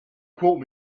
quote